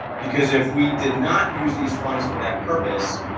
because if we did not use these funds for that purpose,